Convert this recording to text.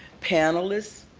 panelists,